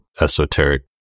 esoteric